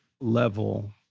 level